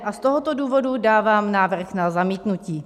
Z tohoto důvodu dávám návrh na zamítnutí.